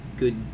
Good